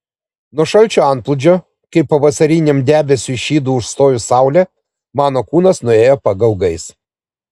nuo šalčio antplūdžio kaip pavasariniam debesiui šydu užstojus saulę mano kūnas nuėjo pagaugais